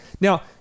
Now